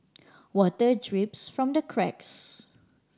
water drips from the cracks